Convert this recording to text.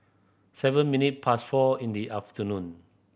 seven minute past four in the afternoon